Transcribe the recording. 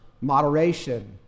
moderation